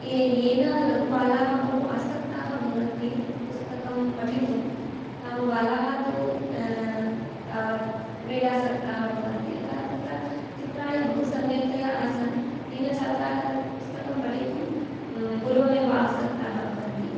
ये येन लघुबालाः बहु आसक्ताः भवन्ति तत्पुस्तकं पठितुं नाम बालाः तु तावत् क्रीडासक्ताः भवन्ति अतः तत्र चित्राणि बहुसम्यक्तया आसन् येन छात्राः तत् पुस्तकं पठितुं पूर्वमेव आसक्ताः भवन्ति